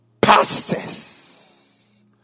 Pastors